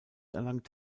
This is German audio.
erlangt